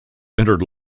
entered